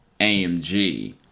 amg